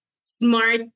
smart